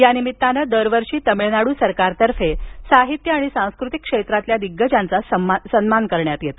या निमित्ताने दरवर्षी तमिळनाडू सरकारतर्फे साहित्य आणि सांस्कृतिक क्षेत्रातील दिग्गजांचा सन्मान करण्यात येतो